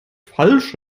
falsch